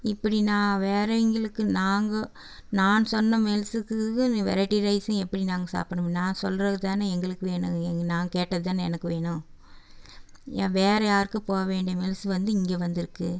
இப்படி நான் வேறே எங்களுக்கு நாங்கள் நான் சொன்ன மீல்ஸுக்கு நீ வெரைட்டி ரைஸ்னு எப்படி நாங்கள் சாப்பிட மு நான் சொல்கிறது தானே எங்களுக்கு வேணும் இ நாங்க கேட்டதுதானே எனக்கு வேணும் யா வேறே யாருக்கும் போக வேண்டிய மீல்ஸ் வந்து இங்கே வந்திருக்கு